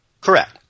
Correct